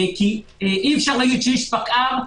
כי אי-אפשר לומר שאיש פקע"ר,